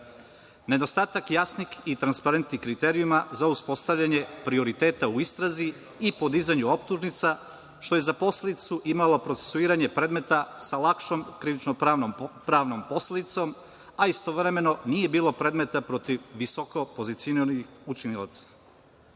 Nedostatak jasnih i transparetnih kriterijuma za uspostavljanje prioriteta u istrazi i podizanju optužnica, što je za posledicu imalo procesuiranje predmeta sa lakšom krivično-pravnom posledicom, a istovremeno nije bilo predmeta protiv visoko pozicioniranih